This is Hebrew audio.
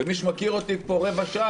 ומי שמכיר אותי פה רבע שעה,